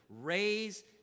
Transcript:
raise